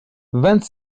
vingt